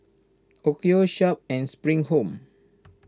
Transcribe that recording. Onkyo Sharp and Spring Home